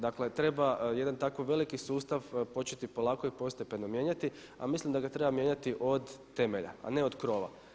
Dakle treba jedan tako veliki sustav početi polako i postepeno mijenjati a mislim da ga treba mijenjati od temelja a ne od krova.